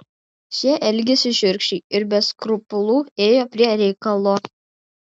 šie elgėsi šiurkščiai ir be skrupulų ėjo prie reikalo